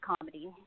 comedy